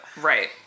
Right